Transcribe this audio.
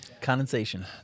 Condensation